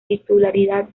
titularidad